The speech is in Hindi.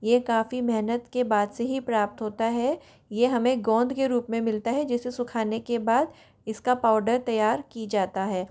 ये काफ़ी मेहनत के बाद से ही प्राप्त होता है ये हमें गोंद के रूप में मिलता है जिसे सुखाने के बाद इसका पाउडर तैयार की जाता है